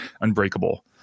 Unbreakable